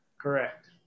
correct